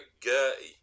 Gertie